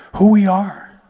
who we are,